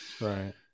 right